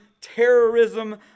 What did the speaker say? terrorism